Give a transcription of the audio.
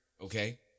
Okay